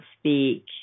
speak